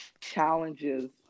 challenges